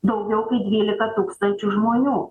daugiau kaip dvylika tūkstančių žmonių